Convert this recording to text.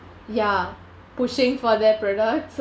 ya pushing for their products